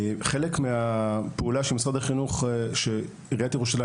אנחנו משקעים מאמצים רבים במשרד החינוך בשיתוף עם עיריית ירושלים,